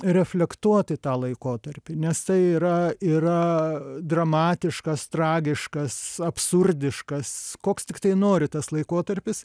reflektuoti tą laikotarpį nes tai yra yra dramatiškas tragiškas absurdiškas koks tiktai nori tas laikotarpis